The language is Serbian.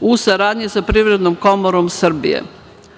u saradnji sa Privrednom komorom Srbije. Anketa